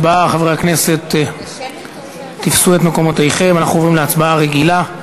כן, אנחנו עוברים להצבעה רגילה,